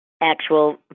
actual